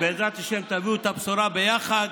בעזרת השם, תביאו את הבשורה ביחד